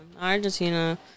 Argentina